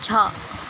छ